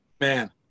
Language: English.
man